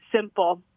simple